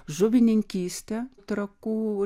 žuvininkystę trakų